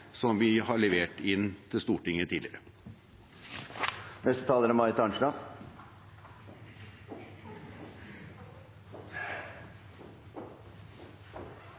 som vi har levert inn til Stortinget tidligere.